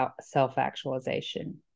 self-actualization